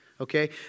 okay